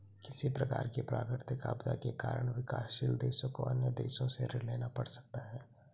किसी प्रकार की प्राकृतिक आपदा के कारण विकासशील देशों को अन्य देशों से ऋण लेना पड़ सकता है